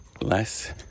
less